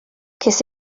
ces